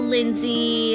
Lindsay